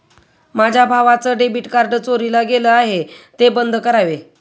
माझ्या भावाचं debit card चोरीला गेलं आहे, ते बंद करावे